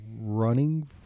running